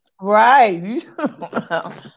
Right